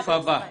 סעיף הבא.